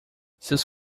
seus